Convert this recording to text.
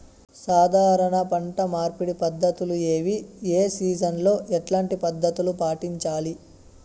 సాధారణ పంట మార్పిడి పద్ధతులు ఏవి? ఏ సీజన్ లో ఎట్లాంటి పద్ధతులు పాటించాలి?